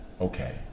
okay